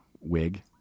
wig